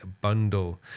Bundle